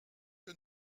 que